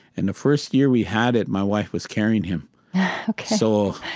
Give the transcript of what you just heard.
and the first year we had it, my wife was carrying him ok so,